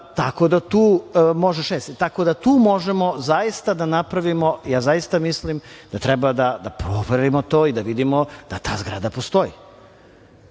tako da tu možemo zaista da napravimo, ja zaista mislim da treba da proverimo to, da ta zgrada postoji.